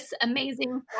amazing